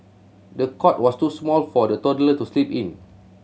the cot was too small for the toddler to sleep in